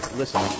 listen